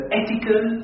ethical